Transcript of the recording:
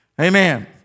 Amen